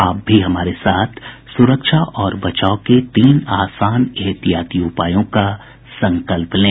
आप भी हमारे साथ सुरक्षा और बचाव के तीन आसान एहतियाती उपायों का संकल्प लें